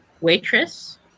waitress